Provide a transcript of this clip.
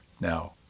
now